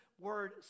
word